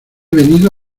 venido